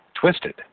twisted